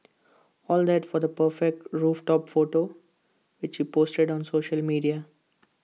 all that for the perfect rooftop photo which he posted on social media